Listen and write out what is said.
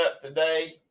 today